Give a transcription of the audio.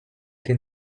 den